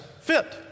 fit